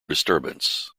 disturbance